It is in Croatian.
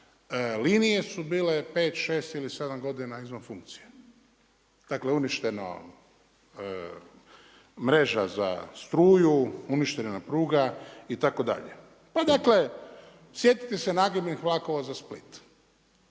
linije su bile 5, 6 ili 7 godina izvan funkcije. Dakle uništeno mreža za struju, uništena nam pruga, itd. pa dakle, sjetite se nagibnih vlakova za Split.